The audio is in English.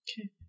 Okay